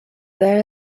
there